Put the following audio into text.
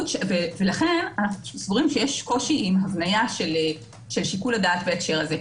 לכן אנו סבורים שיש קושי עם הבניה של שיקול הדעת בהקשר הזה,